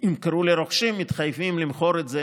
ימכרו לרוכשים הם מתחייבים למכור את זה